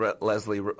Leslie